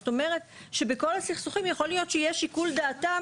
זאת אומרת שבכל הסכסוכים יכול להיות שיהיה שיקול דעתם